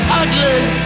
ugly